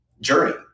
journey